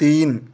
तीन